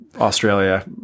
Australia